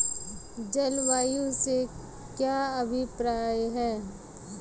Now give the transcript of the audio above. जलवायु से क्या अभिप्राय है?